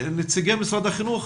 נציגי משרד החינוך,